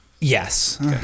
Yes